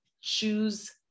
choose